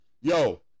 Yo